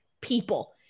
people